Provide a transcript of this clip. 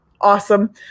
Awesome